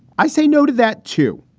i say no to that, too,